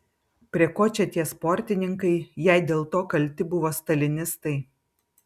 prie ko čia tie sportininkai jei dėl to kalti buvo stalinistai